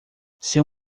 seu